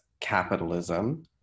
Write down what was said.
capitalism